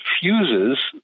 fuses